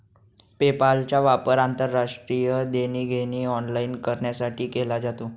पेपालचा वापर आंतरराष्ट्रीय देणी घेणी ऑनलाइन करण्यासाठी केला जातो